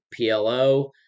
PLO